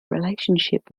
relationship